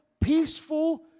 peaceful